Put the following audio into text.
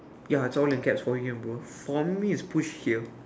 ya it's all in caps for me bro for me is push here